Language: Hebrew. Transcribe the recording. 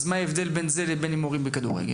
מה ההבדל בין זה לבין הימורים בכדורגל?